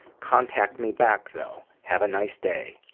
contact me back, though. have a nice day.